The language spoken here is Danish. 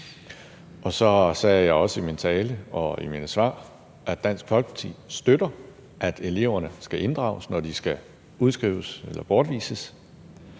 Så sagde jeg også i min tale og i mine svar, at Dansk Folkeparti støtter, at eleverne skal inddrages, når de skal udskrives eller bortvises,